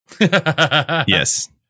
Yes